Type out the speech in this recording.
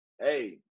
Hey